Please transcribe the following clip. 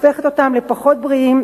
הופכת אותם פחות בריאים,